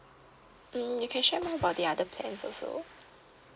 mm you can share more about the other plans also